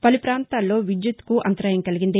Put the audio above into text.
పలు పాంతాల్లో విద్యుత్తుకు అంతరాయం కలిగింది